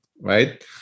right